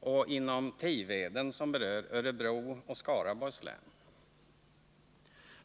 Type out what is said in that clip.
och inom Tiveden, som berör Örebro och Skaraborgs län.